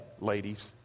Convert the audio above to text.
ladies